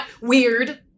weird